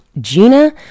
Gina